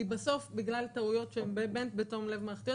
כי בגלל טעויות מערכתיות בתום לב,